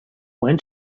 when